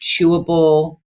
chewable